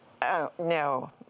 no